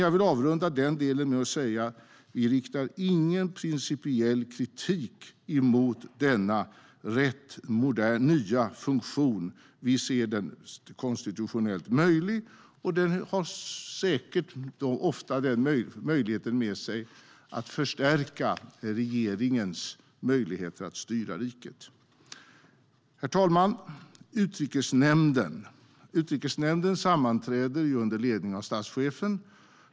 Jag vill avrunda denna del med att säga att vi inte riktar någon principiell kritik mot denna ganska nya funktion. Vi ser den som konstitutionellt möjlig, och den kan säkert förstärka regeringens möjligheter att styra riket. Herr talman! Utrikesnämnden sammanträder under ledning av statschefen.